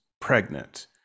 pregnant